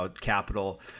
capital